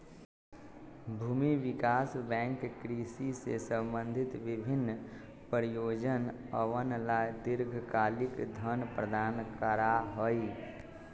भूमि विकास बैंक कृषि से संबंधित विभिन्न परियोजनअवन ला दीर्घकालिक धन प्रदान करा हई